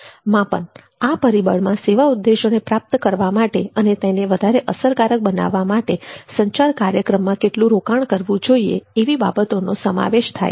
માપન આ પરિબળમાં સેવા ઉદ્દેશોને પ્રાપ્ત કરવા માટે તથા તેને વધારે અસરકારક બનાવવા માટે સંચાર કાર્યક્રમમાં કેટલું રોકાણ કરવું જોઇએ એવી બાબતો નો સમાવેશ થાય છે